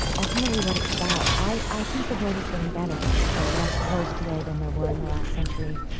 ultimately what it's about. i i think the world is getting better. there are less wars today than there were in the last century,